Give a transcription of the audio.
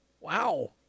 Wow